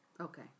Okay